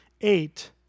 eight